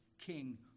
king